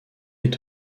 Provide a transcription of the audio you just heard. est